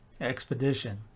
Expedition